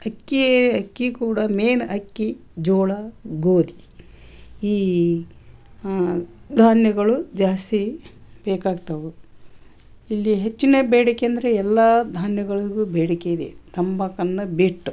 ಅಕ್ಕಿ ಅಕ್ಕಿ ಕೂಡ ಮೇಯ್ನ್ ಅಕ್ಕಿ ಜೋಳ ಗೋಧಿ ಈ ಧಾನ್ಯಗಳು ಜಾಸ್ತಿ ಬೇಕಾಗ್ತವೆ ಇಲ್ಲಿ ಹೆಚ್ಚಿನ ಬೇಡಿಕೆ ಅಂದರೆ ಎಲ್ಲ ಧಾನ್ಯಗಳಿಗೂ ಬೇಡಿಕೆಯಿದೆ ತಂಬಾಕನ್ನು ಬಿಟ್ಟು